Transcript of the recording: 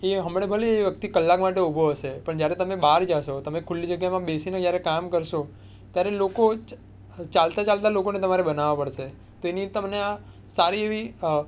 એ હમણાં ભલે એ વ્યક્તિ કલાક માટે ઊભો છે પણ જ્યારે તમે બહાર જશો તમે ખુલ્લી જગ્યામાં બેસીને જ્યારે કામ કરશો ત્યારે લોકો ચાલતા ચાલતા લોકોને તમારે બનાવવા પડશે તેની તમને આ સારી એવી